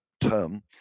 term